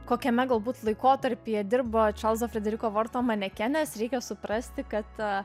kokiame galbūt laikotarpyje dirbo čarlzo frederiko varto manekenės reikia suprasti kad